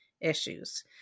issues